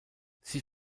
sie